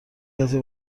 کسی